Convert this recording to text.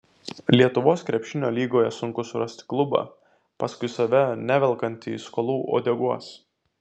lietuvos krepšinio lygoje sunku surasti klubą paskui save nevelkantį skolų uodegos